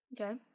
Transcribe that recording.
Okay